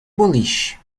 boliche